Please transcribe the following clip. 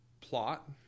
plot